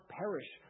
perish